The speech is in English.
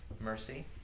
mercy